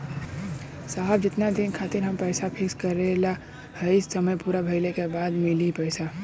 साहब जेतना दिन खातिर हम पैसा फिक्स करले हई समय पूरा भइले के बाद ही मिली पैसा?